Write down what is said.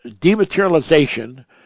Dematerialization